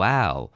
Wow